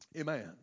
Amen